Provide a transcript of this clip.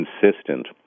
consistent